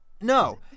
No